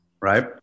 right